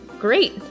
Great